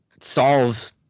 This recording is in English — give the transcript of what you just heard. solve